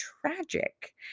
tragic